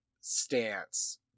stance